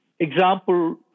example